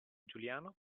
giuliano